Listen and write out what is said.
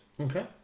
Okay